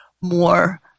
more